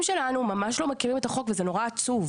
שלנו ממש לא מכירים את החוק וזה נורא עצוב.